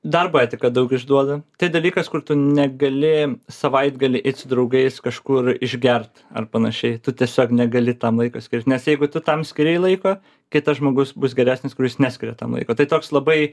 darbo etika daug išduoda tai dalykas kur tu negali savaitgalį eit su draugais kažkur išgert ar panašiai tu tiesiog negali tam laiko skirt nes jeigu tu tam skirei laiko kitas žmogus bus geresnis kuris neskiria tam laiko tai toks labai